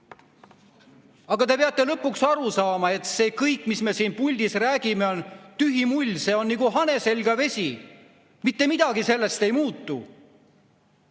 Aga te peate lõpuks aru saama, et see kõik, mis me siin puldis räägime, on tühi mull, see on nagu hane selga vesi. Mitte midagi sellest ei muutu.